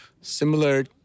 Similar